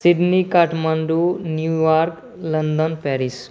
Sydney Kathmandu New York London Paris